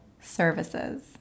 services